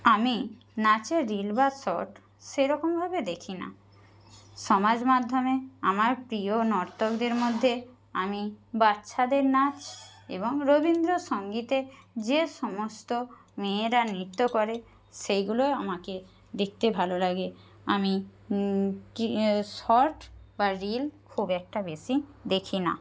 আমি নাচের রিল বা শর্ট সেরকমভাবে দেখি না সমাজ মাধ্যমে আমার প্রিয় নর্তকদের মধ্যে আমি বাচ্চাদের নাচ এবং রবীন্দ্র সংগীতে যে সমস্ত মেয়েরা নৃত্য করে সেইগুলোই আমাকে দেখতে ভালো লাগে আমি শর্ট বা রিল খুব একটা বেশি দেখি না